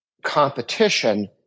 competition